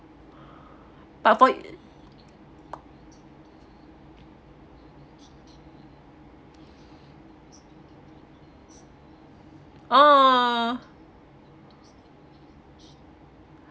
but for orh